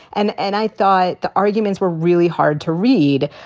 and and i thought the arguments were really hard to read.